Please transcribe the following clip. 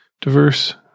diverse